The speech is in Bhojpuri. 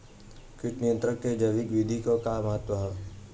कीट नियंत्रण क जैविक विधि क का महत्व ह?